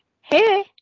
Hey